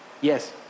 Yes